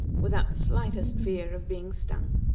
without the slightest fear of being stung.